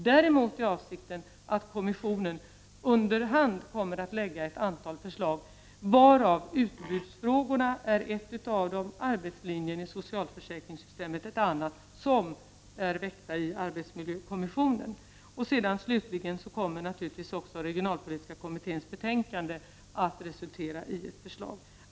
Däremot är avsikten att kommissionen under hand skall lägga ett antal förslag, varav utbudsfrågorna är ett, arbetslinjen i socialförsäkringssystemet ett annat. Dessa är väckta i arbetsmiljökommissionen. Slutligen kommer naturligtvis också regionalpolitiska kommitténs betänkande att resultera i ett förslag.